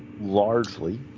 largely